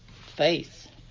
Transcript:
Faith